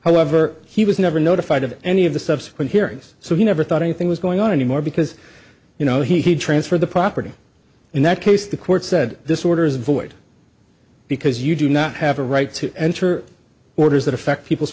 however he was never notified of any of the subsequent hearings so he never thought anything was going on anymore because you know he transferred the property in that case the court said this order is void because you do not have a right to enter orders that affect people's